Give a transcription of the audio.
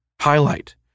Highlight